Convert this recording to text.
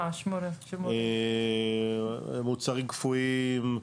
מוצרים קפואים.